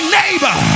neighbor